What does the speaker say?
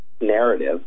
narrative